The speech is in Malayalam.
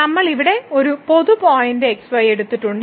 നമ്മൾ ഇവിടെ ഒരു പൊതു പോയിന്റ് x y എടുത്തിട്ടുണ്ട്